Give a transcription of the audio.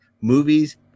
movies